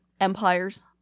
empires